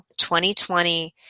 2020